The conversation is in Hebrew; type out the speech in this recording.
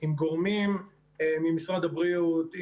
עם גורמים ממשרד הבריאות,